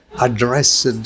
addressed